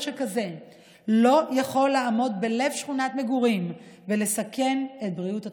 שכזה לא יכול לעמוד בלב שכונת מגורים ולסכן את בריאות התושבים.